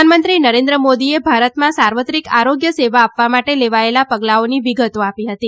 પ્રધાનમંત્રી નરેન્દ્ર મોદીએ ભારતમાં સાર્વત્રિક આરોગ્ય સેવા આપવા માટે લેવાયેલા પગલાંઓની વિગતો આપી હતી